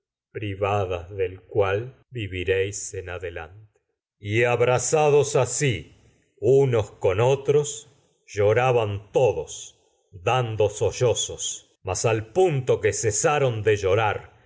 unos del cual viviréis adelante y abrazados así mas al con otros lloi'aban todos no dando sollozos punto que cesaron de llorar